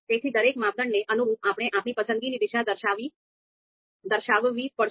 તેથી દરેક માપદંડને અનુરૂપ આપણે આપણી પસંદગીની દિશા દર્શાવવી પડશે